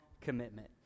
commitment